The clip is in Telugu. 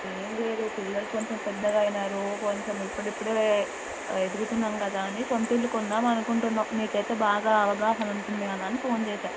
ఏం లేదు పిల్లలు కొంచెం పెద్దగా అయినారు కొంచెం ఇప్పుడిప్పుడే ఎదుగుతున్నాం కదా అని సొంతిల్లు కొందాం అనుకుంటున్నాం నీకైతే బాగా అవగాహన ఉంటుంది కదా అని ఫోన్ చేసా